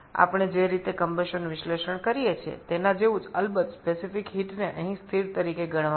এটি স্থির আপেক্ষিক তাপ ধরে দহন বিশ্লেষণের সাথে খুবই সামঞ্জস্যপূর্ণ